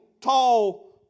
tall